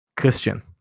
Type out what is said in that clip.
Christian